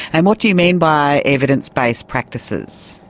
and what do you mean by evidence-based practices?